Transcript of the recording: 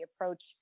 approach